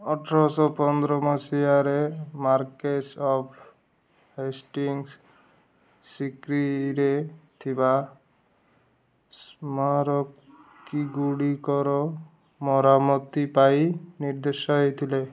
ଅଠରଶହ ପନ୍ଦର ମସିହାରେ ମାର୍କ୍ୱେସ୍ ଅଫ୍ ହେଷ୍ଟିଙ୍ଗସ୍ ସିକ୍ରିରେ ଥିବା ସ୍ମାରକୀ ଗୁଡ଼ିକର ମରାମତି ପାଇଁ ନିର୍ଦ୍ଦେଶ ଦେଇଥିଲେ